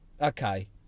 okay